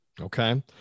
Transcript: Okay